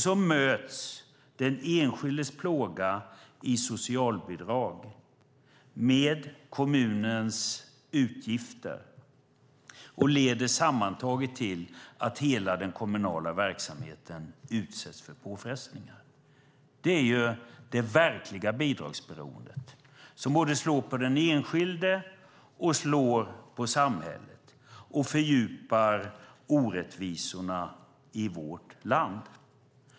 Så möts den enskildes plåga med socialbidraget och kommunens utgifter. Det leder sammantaget till att hela den kommunala verksamheten utsätts för påfrestningar. Det är det verkliga bidragsberoendet som slår både på den enskilde och samhället. Det fördjupar orättvisorna i vårt land.